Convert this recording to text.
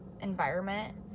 environment